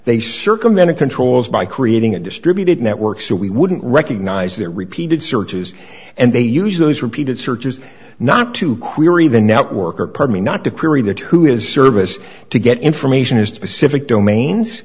they circumvented controls by creating a distributed network so we wouldn't recognize their repeated searches and they use those repeated searches not to query the network or partly not to query that who is service to get information is specific domains